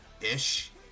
ish